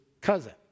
cousin